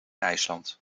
ijsland